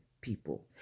people